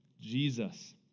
Jesus